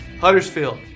Huddersfield